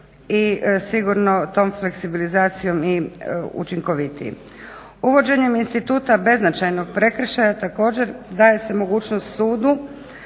i sigurno tom fleksibilizacijom i učinkovitiji. Uvođenjem instituta beznačajnog prekršaja također daje se mogućnost sudu